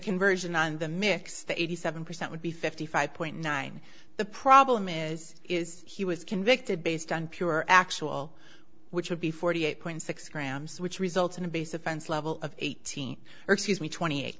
conversion on the mix the eighty seven percent would be fifty five point nine the problem is is he was convicted based on pure actual which would be forty eight point six grams which results in a base offense level of eighteen or excuse me twenty eight